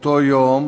אותו יום